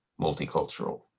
multicultural